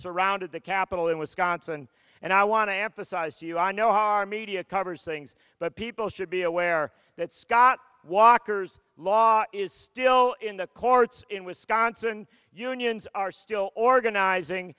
surrounded the capitol in wisconsin and i want to anthracis to you i know how our media covers things but people should be aware that scott walker's law is still in the courts in wisconsin unions are still organizing